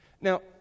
Now